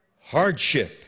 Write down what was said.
Hardship